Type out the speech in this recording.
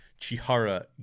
Chihara